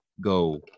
go